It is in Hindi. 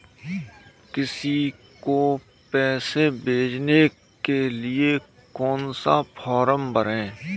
किसी को पैसे भेजने के लिए कौन सा फॉर्म भरें?